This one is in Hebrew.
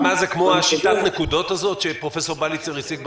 זה כמו שיטת הנקודות שפרופ' בליצר הציג בטלוויזיה?